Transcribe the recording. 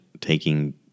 taking